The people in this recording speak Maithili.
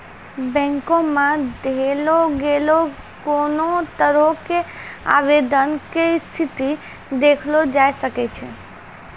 बैंको मे देलो गेलो कोनो तरहो के आवेदन के स्थिति देखलो जाय सकै छै